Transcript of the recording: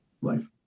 life